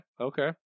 Okay